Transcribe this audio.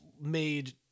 made